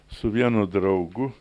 su vienu draugu